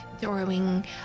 throwing